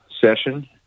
session